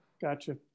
Gotcha